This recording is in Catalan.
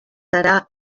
serà